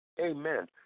Amen